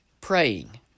praying